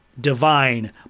divine